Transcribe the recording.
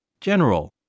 General